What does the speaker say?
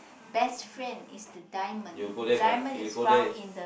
best friend is the diamond diamond is found in the